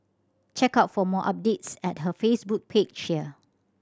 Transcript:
check out for more updates at her Facebook page here